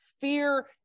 fear